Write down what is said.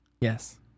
Yes